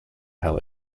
how